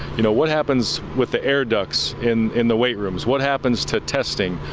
you know what happens with the air ducts in in the weight room is what happens to testing.